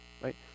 right